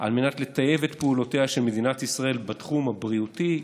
על מנת לטייב את פעולותיה של מדינת ישראל בתחום הבריאותי,